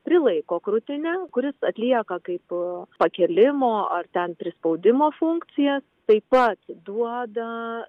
prilaiko krūtinę kuris atlieka kaip pa pakėlimo ar ten prispaudimo funkcija taip pat duoda